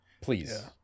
Please